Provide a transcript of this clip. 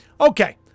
okay